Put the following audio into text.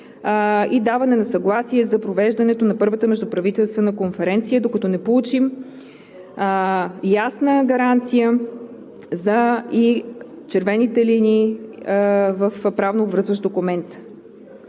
и даване на съгласие за провеждането на първата междуправителствена конференция, докато не получим ясна гаранция за червените линии в правнообвързващ документ.